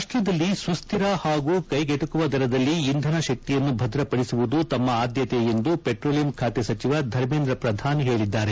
ರಾಷ್ಟ್ರದಲ್ಲಿ ಸುಸ್ಗಿರ ಹಾಗೂ ಕೈಗೆಟಕುವ ದರದಲ್ಲಿ ಇಂಧನ ಶಕ್ತಿಯನ್ನು ಭದ್ರಪದಿಸುವುದು ತಮ್ಮ ಆದ್ಯತೆ ಎಂದು ಪೆಟ್ರೋಲಿಯಂ ಖಾತೆ ಸಚಿವ ಧರ್ಮೇಂದ್ರ ಪ್ರಧಾನ್ ಹೇಳಿದ್ದಾರೆ